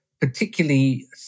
particularly